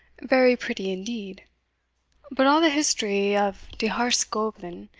very pretty indeed but all the history of de harz goblin,